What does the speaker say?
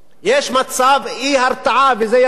יש מצב אי-הרתעה וזה ידוע.